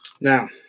Now